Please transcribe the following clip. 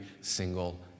single